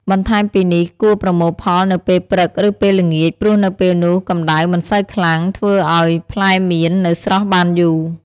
បន្ថែមពីនេះ គួរប្រមូលផលនៅពេល ព្រឹក ឬពេល ល្ងាច ព្រោះនៅពេលនោះកម្តៅមិនសូវខ្លាំង ធ្វើឱ្យផ្លែមៀននៅស្រស់បានយូរ។